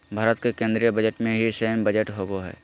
भारत के केन्द्रीय बजट में ही सैन्य बजट होबो हइ